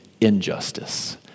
injustice